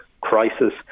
crisis